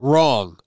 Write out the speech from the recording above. Wrong